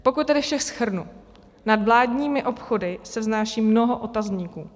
Pokud tedy vše shrnu, nad vládními obchody se vznáší mnoho otazníků.